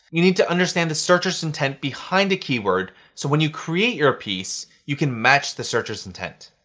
you need to understand the searcher's intent behind a keyword so when you create your piece, you can match the searcher's intent.